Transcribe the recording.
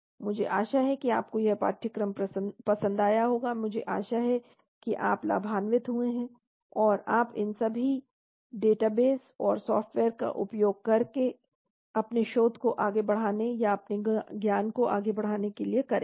मुझे आशा है कि आपको यह पाठ्यक्रम पसंद आया होगा मुझे आशा है कि आप लाभान्वित हुए हैं और आप इन सभी डेटाबेस और सॉफ़्टवेयर का उपयोग अपने शोध को आगे बढ़ाने या अपने ज्ञान को आगे बढ़ाने के लिए करेंगे